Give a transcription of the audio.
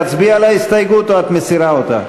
להצביע על ההסתייגות או שאת מסירה אותה?